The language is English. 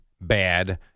bad